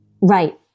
Right